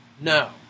No